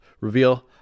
reveal